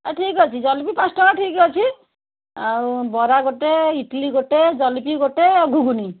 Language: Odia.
ଏ ଠିକ୍ ଅଛି ଜଲପି ପାଞ୍ଚ ଟଙ୍କା ଠିକ୍ ଅଛି ଆଉ ବରା ଗୋଟେ ଇଟଲି ଗୋଟେ ଜଲପି ଗୋଟେ ଆଉ ଘୁଗୁନି